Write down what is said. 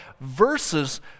versus